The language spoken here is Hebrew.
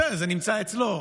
בסדר, זה נמצא אצלו.